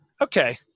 Okay